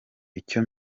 icya